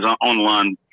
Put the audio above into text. online